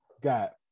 got